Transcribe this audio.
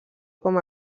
com